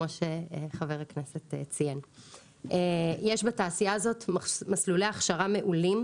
יש בתעשייה הזאת מסלולי הכשרה מעולים,